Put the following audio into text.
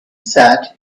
sat